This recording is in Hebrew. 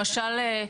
למשל,